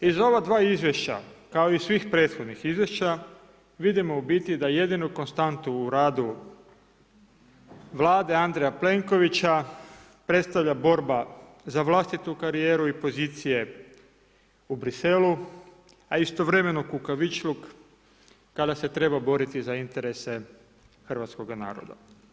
Iz ova dva izvješća kao i svih prethodnih izvješća, vidimo u biti da jedinu konstantu u radu Vlade Andreja Plenkovića predstavlja borba za vlastitu karijeru i pozicije u Bruxellesu a istovremeno kukavičluk kada se treba boriti za interese hrvatskoga naroda.